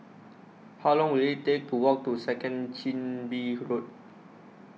How Long Will IT Take to Walk to Second Chin Bee Road